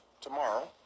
tomorrow